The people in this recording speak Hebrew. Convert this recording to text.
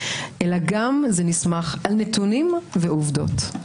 אלא זה גם נסמך על נתונים ועובדות,